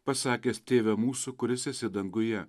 pasakęs tėve mūsų kuris esi danguje